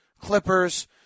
Clippers